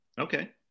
Okay